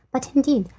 but, indeed,